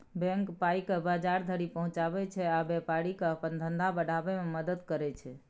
bank पाइकेँ बजार धरि पहुँचाबै छै आ बेपारीकेँ अपन धंधा बढ़ाबै मे मदद करय छै